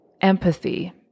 empathy